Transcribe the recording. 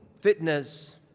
fitness